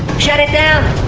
shut it down!